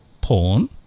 pawn